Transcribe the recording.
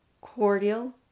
cordial